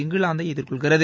இங்கிலாந்தை எதிர்கொள்கிறது